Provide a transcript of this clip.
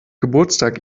geburtstag